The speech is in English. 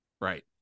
Right